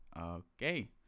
Okay